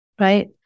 right